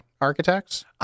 architects